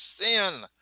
sin